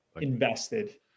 invested